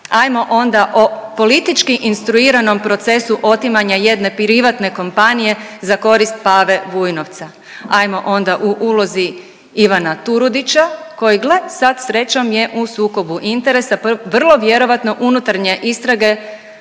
ajmo onda o politički instruiranom procesu otimanja jedne privatne kompanije za korist Pave Vujnovca. Ajmo onda u ulozi Ivana Turudića koji gle sad srećom je u sukobu interesa, vrlo vjerojatno unutarnje istrage